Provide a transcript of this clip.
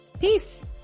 Peace